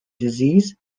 disease